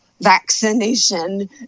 vaccination